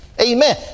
Amen